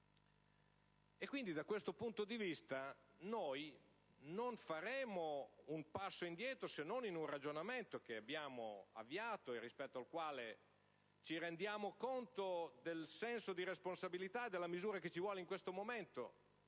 e puntuali. Da questo punto di vista, noi non faremo un passo indietro, se non in un ragionamento che abbiamo avviato, e rispetto al quale ci rendiamo conto del senso di responsabilità e della misura che ci vuole in questo momento.